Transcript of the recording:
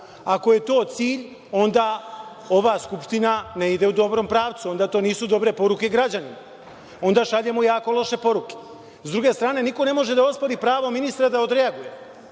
rad. Ako je to cilj, onda ova Skupština ne ide u dobrom pravcu, onda to nisu dobre poruke građanima, onda šaljemo jako loš poruke. Sa druge strane, niko ne može da ospori pravo ministra da odreaguje.